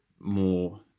more